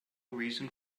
reason